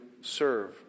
serve